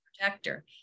protector